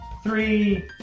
three